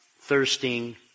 thirsting